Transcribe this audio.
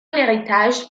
héritage